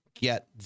get